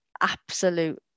absolute